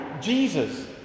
Jesus